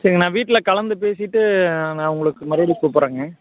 சரிங்க நான் வீட்டில் கலந்து பேசிவிட்டு நான் உங்களுக்கு மறுபடி கூப்பிட்றங்க